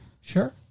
Sure